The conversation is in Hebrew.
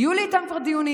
היו לי איתם כבר דיונים.